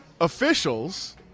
officials